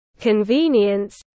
convenience